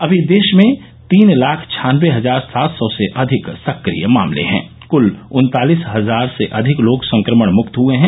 अमी देश में तीन लाख छानबे हजार सात सौ से अधिक सक्रिय मामले हैं कल उन्तालिस हजार से अधिक लोग संक्रमण मुक्त हुए है